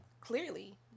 clearly